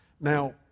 Now